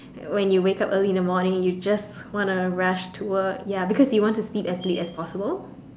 when you wake up early in the morning you just want to rush to work ya because you want to sleep as late as possible